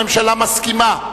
הממשלה מסכימה,